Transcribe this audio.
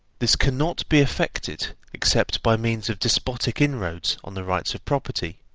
this cannot be effected except by means of despotic inroads on the rights of property,